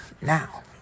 Now